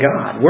God